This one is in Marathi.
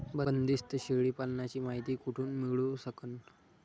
बंदीस्त शेळी पालनाची मायती कुठून मिळू सकन?